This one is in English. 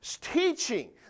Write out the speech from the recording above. Teaching